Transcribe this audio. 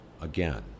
Again